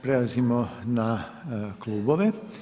Prelazimo na klubove.